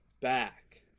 back